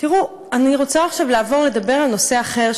תראו, אני רוצה עכשיו לדבר על נושא אחר.